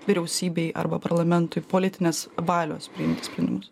vyriausybei arba parlamentui politinės valios priimti sprendimus